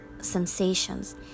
sensations